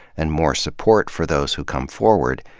and more support for those who come forward.